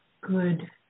good